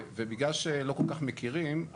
בגלל שלא כל כך מכירים,